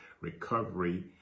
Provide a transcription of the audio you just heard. recovery